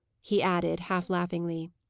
he added, half laughingly.